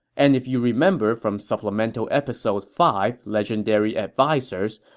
and if you remember from supplemental episode five, legendary advisers,